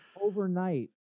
overnight